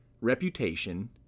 reputation